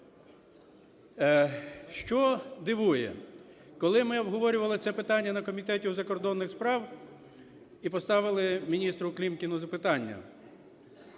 Що дивує? Коли ми обговорювали це питання на Комітеті у закордонних справах, поставили мініструКлімкіну запитання,